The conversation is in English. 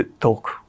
talk